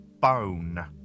Bone